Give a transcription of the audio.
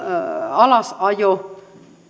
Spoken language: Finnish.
alasajo